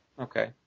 Okay